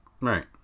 right